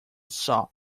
saw